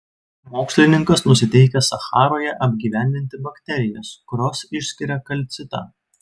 mokslininkas nusiteikęs sacharoje apgyvendinti bakterijas kurios išskiria kalcitą